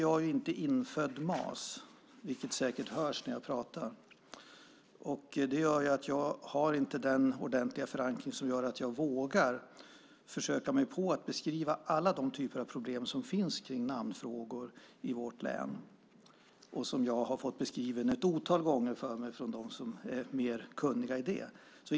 Jag är inte infödd mas, vilket säkert hörs när jag talar. Det gör att jag inte har den ordentliga förankring som gör att jag vågar försöka mig på att beskriva alla typer av problem som finns kring namnfrågor i vårt län och som jag har fått beskrivna ett otal gånger från dem som är mer kunniga i detta.